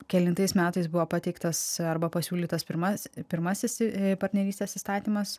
kelintais metais buvo pateiktas arba pasiūlytas pirmas pirmasis partnerystės įstatymas